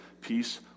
peace